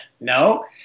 No